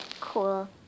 Cool